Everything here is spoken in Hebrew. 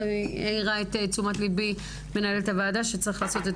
האירה את תשומת ליבי מנהלת הוועדה שצריך לעשות את